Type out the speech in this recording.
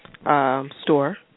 store